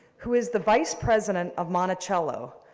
who is the vice president of monticello,